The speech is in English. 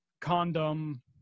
condom